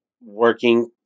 working